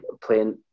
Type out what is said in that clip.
playing